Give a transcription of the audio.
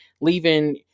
leaving